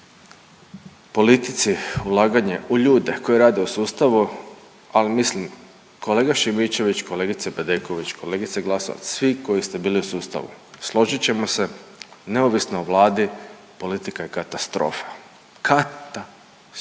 politici ulaganje u ljude koji rade u sustavu, ali mislim kolega Šimičević, kolegice Bedeković, kolegice Glasovac svi koji ste bili u sustavu složit ćemo se neovisno o Vladi, politika je katastrofa, ka-ta-stofa.